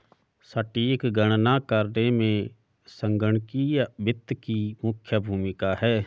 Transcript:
सटीक गणना करने में संगणकीय वित्त की मुख्य भूमिका है